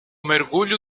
mergulho